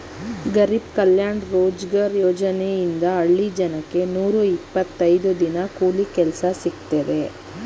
ಗರಿಬ್ ಕಲ್ಯಾಣ ರೋಜ್ಗಾರ್ ಯೋಜನೆಯಿಂದ ಹಳ್ಳಿ ಜನಕ್ಕೆ ನೂರ ಇಪ್ಪತ್ತೈದು ದಿನ ಕೂಲಿ ಕೆಲ್ಸ ಸಿಕ್ತಿದೆ